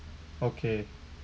okay